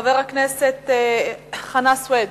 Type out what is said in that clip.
חבר הכנסת חנא סוייד,